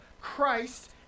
Christ